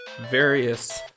various